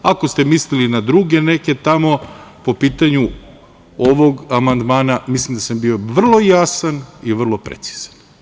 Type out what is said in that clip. Ako ste mislili na druge neke tamo po pitanju ovog amandmana, mislim da sam bio vrlo jasan i vrlo precizan.